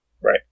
Right